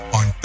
on